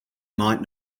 might